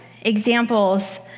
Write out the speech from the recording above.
examples